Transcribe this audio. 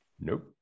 Nope